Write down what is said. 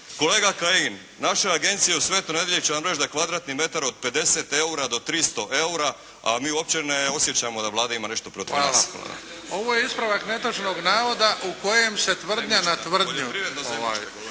Kolega Kajin, naša agencija u Svetoj Nedjelji će vam reći da je kvadratni metar od 50 eura do 300 eura a mi uopće ne osjećamo da Vlada ima nešto protiv nas. **Bebić, Luka (HDZ)** Ovo je ispravak netočnog navoda u kojem se tvrdnja na tvrdnju.